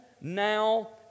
Now